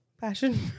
passion